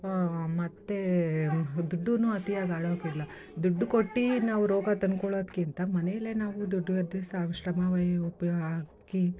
ಮತ್ತೇ ದುಡ್ಡೂ ಅತಿಯಾಗಿ ಹಾಳಾಗೋಲ್ಲ ದುಡ್ಡು ಕೊಟ್ಟು ನಾವು ರೋಗ ತಂದ್ಕೊಳ್ಳೋದಕ್ಕಿಂತ ಮನೆಯಲ್ಲೇ ನಾವು ದುಡಿಯೋ ಅಭ್ಯಾಸ ಹಾಗೂ ಶ್ರಮ ವಯ್ ಉಪ್ಯೋಗ ಆಗಿ